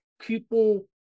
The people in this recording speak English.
people